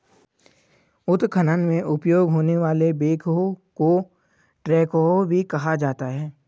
उत्खनन में उपयोग होने वाले बैकहो को ट्रैकहो भी कहा जाता है